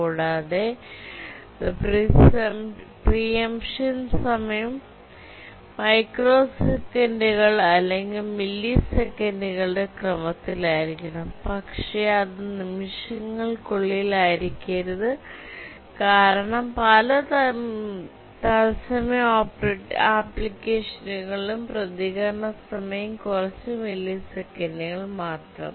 കൂടാതെ the preemption സമയം മൈക്രോസെക്കൻഡുകളുടെ അല്ലെങ്കിൽ മില്ലിസെക്കൻഡുകളുടെ ക്രമത്തിലായിരിക്കണം പക്ഷേ അത് നിമിഷങ്ങൾക്കുള്ളതായിരിക്കരുത് കാരണം പല തത്സമയ അപ്ലിക്കേഷനുകളിലും പ്രതികരണ സമയം കുറച്ച് മില്ലിസെക്കൻഡുകൾ മാത്രം